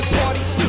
parties